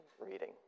reading